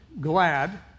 glad